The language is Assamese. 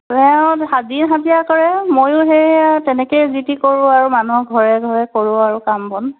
দিন হাজিৰা কৰে ময়ো সেয়ে আৰু তেনেকেই যি টি কৰোঁ আৰু মানুহৰ ঘৰে ঘৰে কৰোঁ আৰু কাম বন